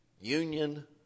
Union